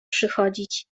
przychodzić